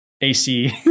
ac